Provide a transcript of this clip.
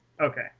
Okay